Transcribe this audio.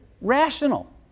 rational